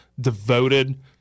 devoted